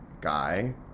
guy